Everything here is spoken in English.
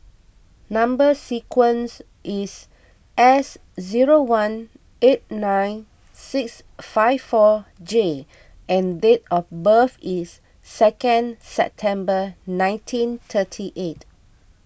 Number Sequence is S zero one eight nine six five four J and date of birth is second September nineteen thirty eight